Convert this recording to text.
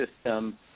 system